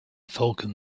falcon